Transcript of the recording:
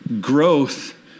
Growth